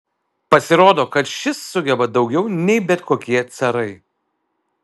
pasirodo kad šis sugeba daugiau nei bet kokie carai